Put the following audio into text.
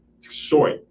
short